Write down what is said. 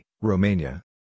Romania